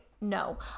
No